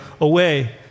away